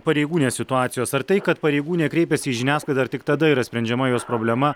pareigūnės situacijos ar tai kad pareigūnė kreipėsi į žiniasklaidą ir tik tada yra sprendžiama jos problema